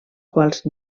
quals